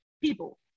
people